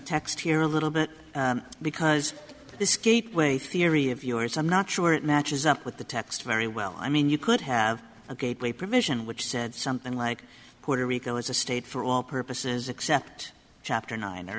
text here a little bit because this gateway theory of yours i'm not sure it matches up with the text very well i mean you could have a gateway provision which said something like puerto rico is a state for all purposes except chapter nine